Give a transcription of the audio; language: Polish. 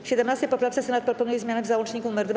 W 17. poprawce Senat proponuje zmiany w załączniku nr 2.